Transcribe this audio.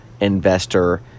investor